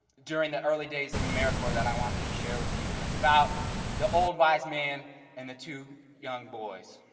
during the early days of americorps that i wanted to share with you. and it's about the old wise man and the two young boys.